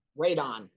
Radon